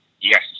yes